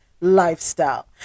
Lifestyle